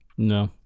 No